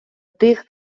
тих